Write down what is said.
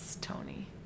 Tony